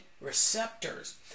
receptors